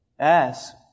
Ask